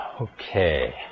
Okay